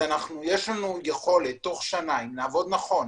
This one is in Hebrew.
יש לנו יכולת תוך שנה - אם נעבוד נכון,